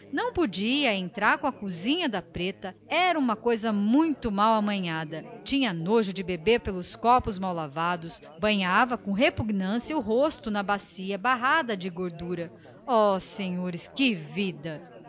não podia entrar com a cozinha da preta era uma coisa muito mal amanhada tinha nojo de beber pelos copos mal lavados banhava com repugnância o rosto na bacia barrada de gordura ó senhores que vida